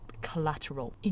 collateral